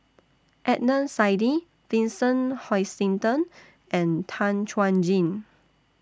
Adnan Saidi Vincent Hoisington and Tan Chuan Jin